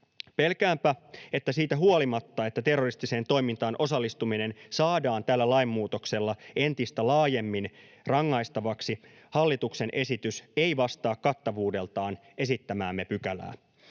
Pelkäänpä, että siitä huolimatta, että terroristiseen toimintaan osallistuminen saadaan tällä lainmuutoksella entistä laajemmin rangaistavaksi, hallituksen esitys ei vastaa kattavuudeltaan esittämäämme pykälää.